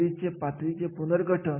हे पाहून त्यांचे मूल्यमापन केले जायचे